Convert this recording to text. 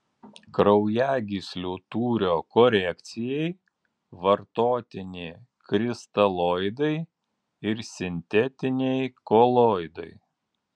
kraujagyslių tūrio korekcijai vartotini kristaloidai ir sintetiniai koloidai